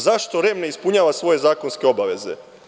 Zašto REM ne ispunjava svoje zakonske obaveze?